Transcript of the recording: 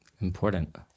important